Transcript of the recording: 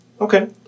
Okay